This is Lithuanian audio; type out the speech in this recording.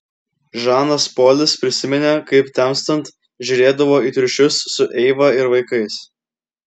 žanas polis prisiminė kaip temstant žiūrėdavo į triušius su eiva ir vaikais